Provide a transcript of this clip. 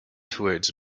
towards